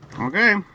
Okay